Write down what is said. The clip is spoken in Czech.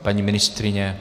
Paní ministryně?